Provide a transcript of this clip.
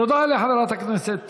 תודה לחברת הכנסת